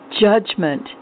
judgment